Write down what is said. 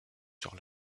sur